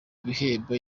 ibihembo